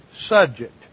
subject